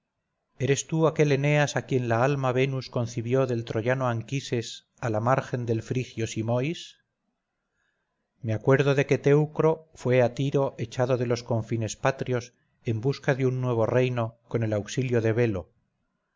eres tú aquel eneas a quien la alma venus concibió del troyano anquises a la margen del frigio simois me acuerdo de que teucro fue a tiro echado de los confines patrios en busca de un nuevo reino con el auxilio de belo